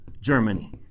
Germany